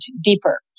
deeper